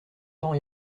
temps